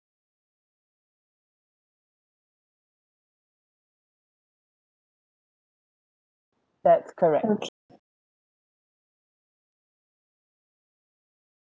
that's correct